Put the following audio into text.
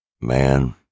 Man